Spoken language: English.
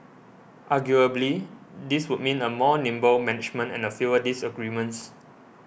arguably this would mean a more nimble management and a fewer disagreements